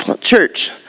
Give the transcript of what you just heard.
church